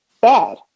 bad